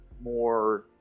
more